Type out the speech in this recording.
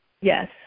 yes